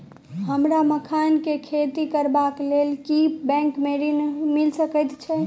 हमरा मखान केँ खेती करबाक केँ लेल की बैंक मै ऋण मिल सकैत अई?